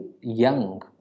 young